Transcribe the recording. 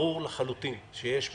ברור לחלוטין שיש במשק,